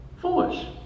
foolish